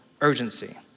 urgency